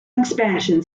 expansion